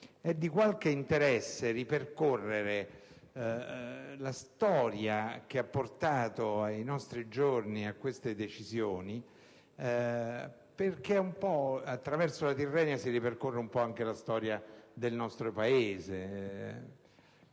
è di qualche interesse ripercorrere la storia che ha portato ai nostri giorni a queste decisioni, perché attraverso la Tirrenia si ripercorre un po' anche la storia del nostro Paese.